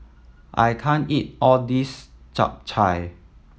I can't eat all this Chap Chai